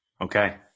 Okay